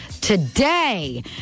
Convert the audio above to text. today